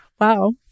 Wow